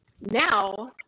Now